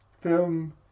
film